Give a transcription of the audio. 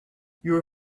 your